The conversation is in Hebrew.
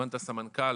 זימנת סמנכ"ל,